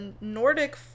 Nordic